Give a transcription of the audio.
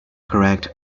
correct